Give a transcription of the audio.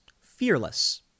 fearless